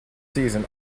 season